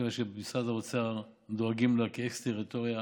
כיוון שבמשרד האוצר דואגים לה כאקס-טריטוריה.